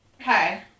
Hi